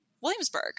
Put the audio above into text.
Williamsburg